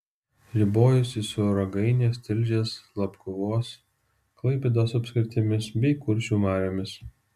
ribojosi su ragainės tilžės labguvos klaipėdos apskritimis bei kuršių mariomis